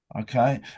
Okay